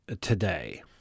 today